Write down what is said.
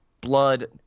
blood